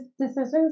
decisions